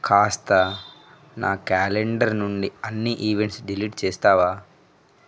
కాస్త నా క్యాలెండర్ నుండి అన్ని ఈవెంట్స్ డిలీట్ చేస్తావా